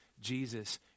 Jesus